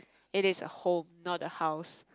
it is a home not a house